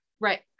Right